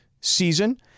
season